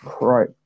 Right